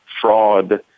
fraud